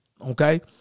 Okay